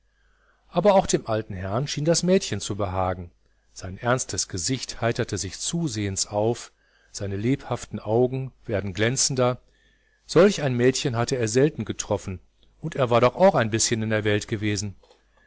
aber auch dem alten herrn schien das mädchen zu behagen sein ernstes gesicht heiterte sich zusehends auf seine lebhaften augen werden glänzender solch ein mädchen hatte er selten getroffen und er war doch auch ein bischen in der welt gewesen